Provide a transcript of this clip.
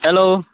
hello